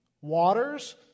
waters